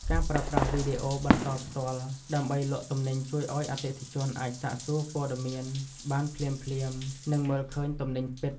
ការប្រើប្រាស់វីដេអូបន្តផ្ទាល់ដើម្បីលក់ទំនិញជួយឱ្យអតិថិជនអាចសាកសួរព័ត៌មានបានភ្លាមៗ និងមើលឃើញទំនិញពិត។